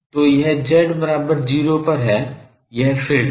तो यह z बराबर 0 पर है यह फ़ील्ड है